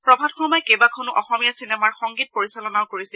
প্ৰভাত শৰ্মাই কেইবাখনো অসমীয়া চিনেমাৰ সংগীত পৰিচালনাও কৰিছিল